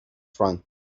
front